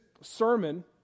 sermon